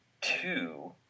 Two